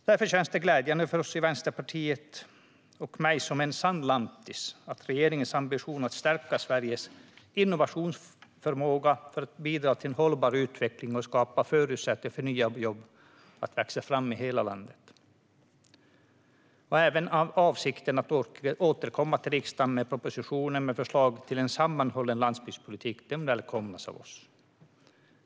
Det känns glädjande för oss i Vänsterpartiet och mig som en sann lantis att regeringens ambition är att stärka Sveriges innovationsförmåga för att bidra till en hållbar utveckling och skapa förutsättningar för nya jobb att växa fram i hela landet. Även avsikten att återkomma till riksdagen med en proposition med förslag till en sammanhållen landsbygdspolitik välkomnas av oss.